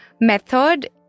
method